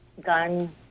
gun